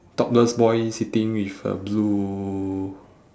topless boy sitting with a blue